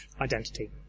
identity